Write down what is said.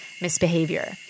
misbehavior